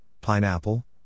pineapple